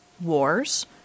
wars